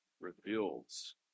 reveals